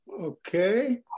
Okay